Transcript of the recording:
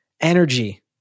energy